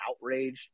outraged